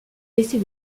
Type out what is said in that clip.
laisser